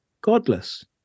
godless